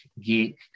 geek